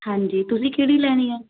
ਹਾਂਜੀ ਤੁਸੀਂ ਕਿਹੜੀ ਲੈਣੀ ਹੈ